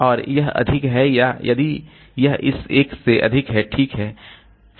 और यह अधिक है या यदि यह इस एक से अधिक है ठीक है